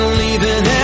leaving